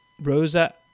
Rosa